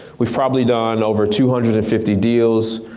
we've probably done over two hundred and fifty deals.